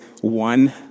one